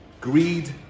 Greed